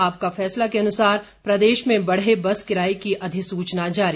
आपका फैसला के अनुसार प्रदेश में बढ़े बस किराए की अधिसूचना जारी